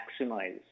maximize